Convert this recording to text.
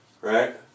Right